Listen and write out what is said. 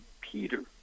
Peter